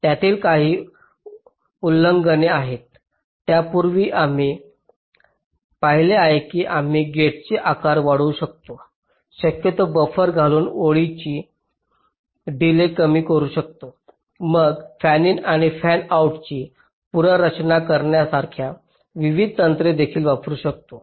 त्यातील काही उल्लंघने आहेत यापूर्वी आम्ही पाहिले आहे की आम्ही गेटचे आकार वाढवू शकतो शक्यतो बफर घालून ओळीचा डिलेज कमी करू शकतो मग फॅनिन आणि फॅनआऊटची पुनर्रचना करण्यासारख्या विविध तंत्रे देखील वापरु शकतो